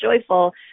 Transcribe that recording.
joyful